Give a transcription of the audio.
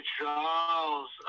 Charles